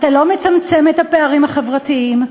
אתה לא מצמצם את הפערים החברתיים,